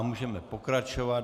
Můžeme pokračovat.